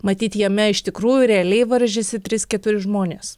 matyt jame iš tikrųjų realiai varžėsi trys keturi žmonės